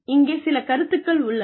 இங்கே சில கருத்துக்கள் உள்ளன